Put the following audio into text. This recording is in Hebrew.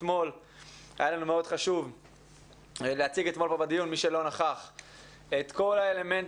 היה לנו מאוד חשוב להציג אתמול בדיון את כל האלמנטים